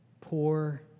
poor